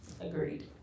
Agreed